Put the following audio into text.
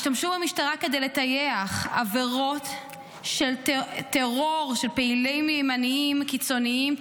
השתמשו במשטרה כדי לטייח עבירות טרור של פעילים ימניים קיצוניים,